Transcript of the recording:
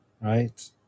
right